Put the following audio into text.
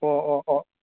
ꯑꯣ ꯑꯣ ꯑꯣ